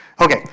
Okay